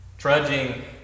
Trudging